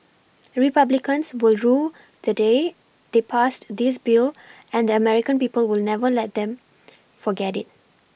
republicans will rue the day they passed this Bill and the American people will never let them forget it